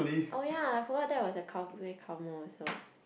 oh ya I forgot that was a cow play cow moo also